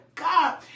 God